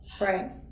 Right